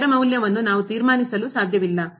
ಇದರ ಮೌಲ್ಯವನ್ನು ನಾವು ತೀರ್ಮಾನಿಸಲು ಸಾಧ್ಯವಿಲ್ಲ